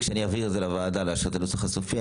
כשאני אביא את הנוסח הסופי לאישור הוועדה,